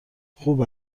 خوب